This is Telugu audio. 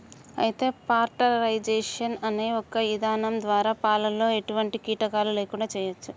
అయితే పాస్టరైజేషన్ అనే ఇధానం ద్వారా పాలలో ఎటువంటి కీటకాలు లేకుండా చేయచ్చు